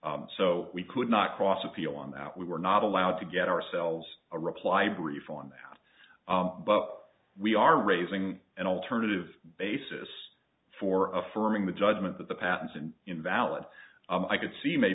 so we could not cross appeal on that we were not allowed to get ourselves a reply brief on that but we are raising an alternative basis for affirming the judgment that the patents and invalid i could see